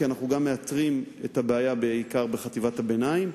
כי אנחנו גם מאתרים את הבעיה בעיקר בחטיבות-הביניים.